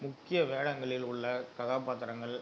முக்கிய வேடங்களில் உள்ள கதாபாத்திரங்கள்